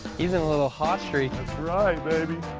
he's in a little hot streak. that's right, baby.